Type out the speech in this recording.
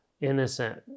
innocent